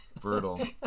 Brutal